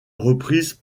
reprise